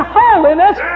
holiness